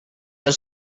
are